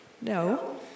No